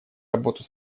работу